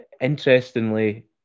interestingly